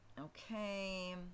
Okay